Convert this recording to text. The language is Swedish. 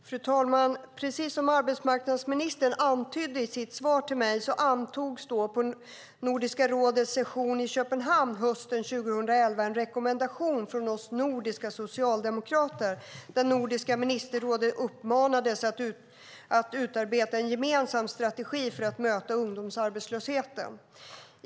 Fru talman! Precis som arbetsmarknadsministern antydde i sitt svar till mig antogs på Nordiska rådets session i Köpenhamn hösten 2011 en rekommendation från oss nordiska socialdemokrater där Nordiska ministerrådet uppmanades att utarbeta en gemensam strategi för att möta ungdomsarbetslösheten.